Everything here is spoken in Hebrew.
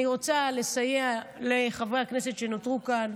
אני רוצה לסייע לחברי הכנסת שנותרו כאן,